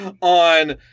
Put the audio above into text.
on